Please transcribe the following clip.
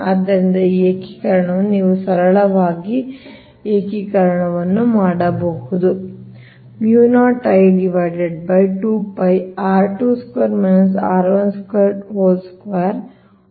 ಆದ್ದರಿಂದ ಈ ಏಕೀಕರಣವನ್ನು ನೀವು ಸರಳವಾಗಿ ಏಕೀಕರಣವನ್ನು ಮಾಡಬಹುದು